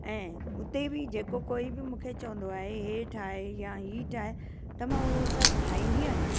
ऐं हुते बि जेको कोई बि मूंखे चवंदो आहे हे ठाइ या ही ठाइ त मां हू सभु ठाहिंदी आहियां